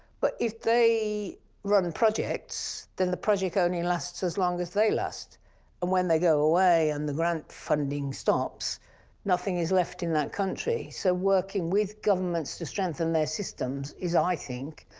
but if they run projects then the project only lasts as long as they last and when they go away and the grant funding stops nothing is left in that country. so, working with governments to strengthen their systems is i think,